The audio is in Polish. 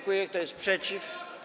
Kto jest przeciw?